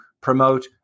promote